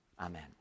Amen